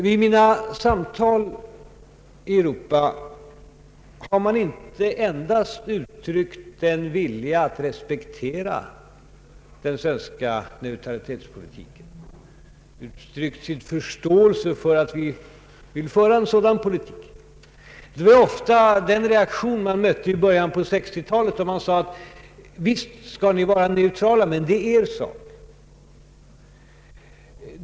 Vid mina samtal i Europa har man inte bara uttryckt vilja att respektera den svenska neutralitetspolitiken och sin förståelse för att vi vill föra en sådan politik. Det var ofta den reaktion vi mötte i början på 1960-talet — man sade att visst skall ni vara neutrala, men det är er sak.